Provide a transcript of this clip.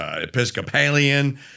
Episcopalian